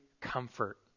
comfort